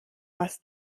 was